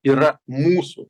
yra mūsų